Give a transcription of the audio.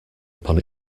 upon